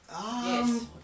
Yes